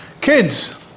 Kids